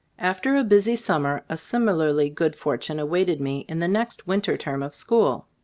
after a busy summer a similarly good fortune awaited me in the next winter term of school.